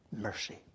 mercy